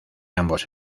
ambos